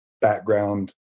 background